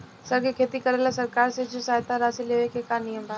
सर के खेती करेला सरकार से जो सहायता राशि लेवे के का नियम बा?